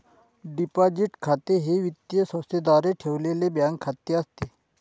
deposit खाते हे वित्तीय संस्थेद्वारे ठेवलेले बँक खाते असते